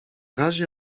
razie